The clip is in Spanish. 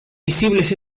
visibles